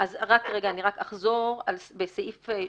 אני אחזור על סעיף 36(1):